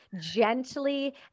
gently